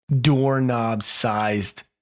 doorknob-sized